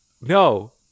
No